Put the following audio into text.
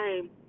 time